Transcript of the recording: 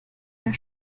der